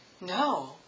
No